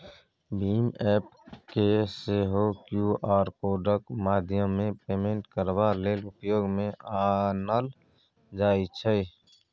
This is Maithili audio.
भीम एप्प केँ सेहो क्यु आर कोडक माध्यमेँ पेमेन्ट करबा लेल उपयोग मे आनल जाइ छै